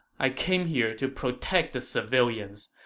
i came here to protect the civilians,